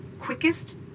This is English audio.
quickest